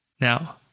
Now